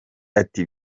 ati